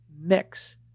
mix